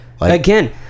again